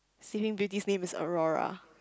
sleeping beauty's name is Aurora